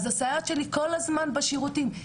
אז הסייעת שלי כל הזמן בשירותים.